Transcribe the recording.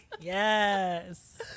Yes